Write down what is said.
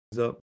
up